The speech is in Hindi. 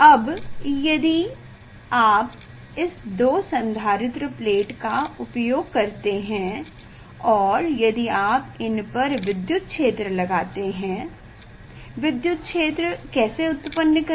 अब यदि आप इस दो संधारित्र प्लेट का उपयोग करते हैं और यदि आप इन पर विद्युत क्षेत्र लगाते हैं विद्युत क्षेत्र कैसे उत्पन्न करें